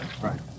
Right